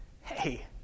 hey